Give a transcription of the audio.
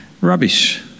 Rubbish